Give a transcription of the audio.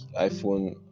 iPhone